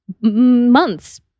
months